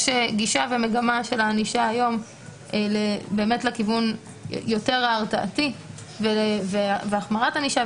יש גישה ומגמה של הענישה לכיוון יותר הרתעתי והחמרת ענישה.